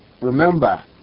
remember